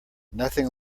nothing